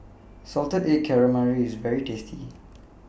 Salted Egg Calamari IS very tasty